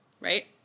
right